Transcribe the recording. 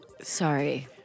Sorry